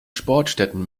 sportstätten